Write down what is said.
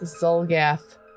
Zolgath